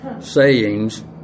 sayings